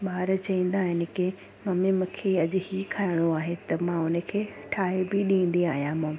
ॿार चवंदा आहिनि कि ममी मूंखे अॼु ई खाइणो आहे त मां उनखे ठाहे बि ॾींदी आहियां मूं